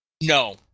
No